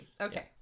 Okay